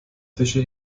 fische